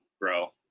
grow